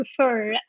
prefer